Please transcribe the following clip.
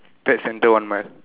third centre one